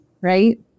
Right